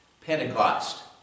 Pentecost